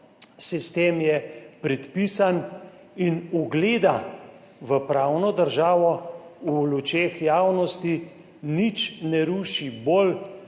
sistem je predpisan in ugleda v pravno državo v lučeh javnosti nič ne ruši bolj,